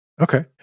Okay